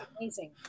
amazing